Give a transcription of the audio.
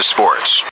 Sports